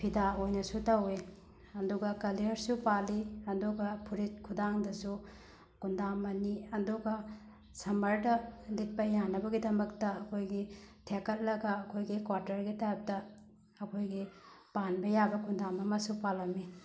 ꯐꯤꯗ ꯑꯣꯏꯅꯁꯨ ꯇꯧꯏ ꯑꯗꯨꯒ ꯀꯂꯔꯁꯨ ꯄꯥꯜꯂꯤ ꯑꯗꯨꯒ ꯐꯨꯔꯤꯠ ꯈꯨꯗꯥꯡꯗꯁꯨ ꯀꯨꯟꯗꯥꯝ ꯑꯅꯤ ꯑꯗꯨꯒ ꯁꯝꯃꯔꯗ ꯂꯤꯠꯄ ꯌꯥꯅꯕꯒꯤꯗꯃꯛꯇ ꯑꯩꯈꯣꯏꯒꯤ ꯊꯦꯛꯀꯠꯂꯒ ꯑꯩꯈꯣꯏꯒꯤ ꯀ꯭ꯋꯥꯇꯔꯒꯤ ꯇꯥꯏꯞꯇ ꯑꯩꯈꯣꯏꯒꯤ ꯄꯥꯟꯕ ꯌꯥꯕ ꯀꯨꯟꯗꯥꯝ ꯑꯃꯁꯨ ꯄꯥꯜꯂꯝꯃꯤ